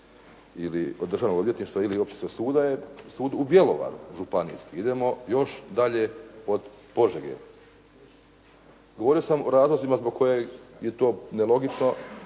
ili državnog odvjetništva ili općinskog suda je Sud u Bjelovaru županijski. Idemo još dalje od Požege. Govorio sam o razlozima zbog kojeg je to nelogično